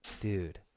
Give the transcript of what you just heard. Dude